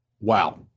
Wow